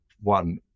one